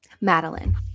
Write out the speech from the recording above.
Madeline